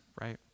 Right